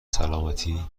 سالمتی